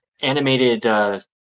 animated